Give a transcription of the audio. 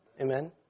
Amen